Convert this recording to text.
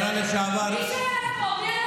פנינה, השרה לשעבר, מי שלט פה?